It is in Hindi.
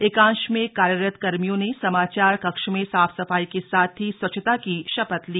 एकांश में कार्यरत कर्मियों ने समाचार कक्ष में साफ सफाई के साथ ही स्वच्छता की शपथ ली